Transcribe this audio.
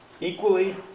Equally